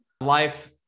life